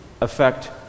affect